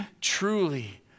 truly